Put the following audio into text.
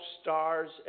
stars